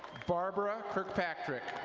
barbara fitzpatrick.